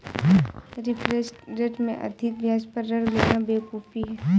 reference rate से अधिक ब्याज पर ऋण लेना बेवकूफी है